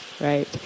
right